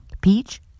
peach